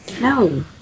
No